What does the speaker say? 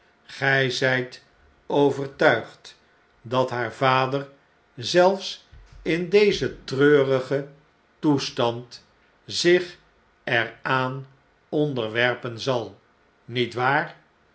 hopen ge zijtovertuigd dat haar vader zelfs in dezen treurigen toestand zich er aan onderwerpen zal niet waar